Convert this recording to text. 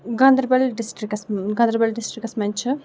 گاندربَل ڈِسٹرکَس منٛز گاندربَل ڈِسٹرکَس منٛز چھِ